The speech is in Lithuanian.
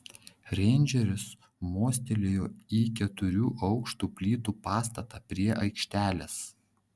reindžeris mostelėjo į keturių aukštų plytų pastatą prie aikštelės